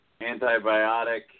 antibiotic